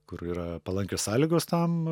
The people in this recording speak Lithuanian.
kur yra palankios sąlygos tam